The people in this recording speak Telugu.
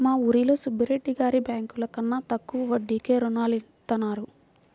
మా ఊరిలో సుబ్బిరెడ్డి గారు బ్యేంకుల కన్నా తక్కువ వడ్డీకే రుణాలనిత్తారు